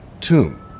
tomb